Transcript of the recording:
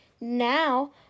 Now